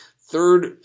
third